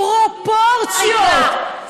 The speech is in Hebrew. פרופורציות.